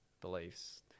beliefs